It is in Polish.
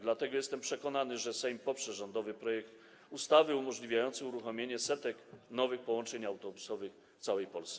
Dlatego jestem przekonany, że Sejm poprze rządowy projekt ustawy umożliwiający uruchomienie setek nowych połączeń autobusowych w całej Polsce.